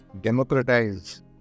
democratize